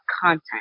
content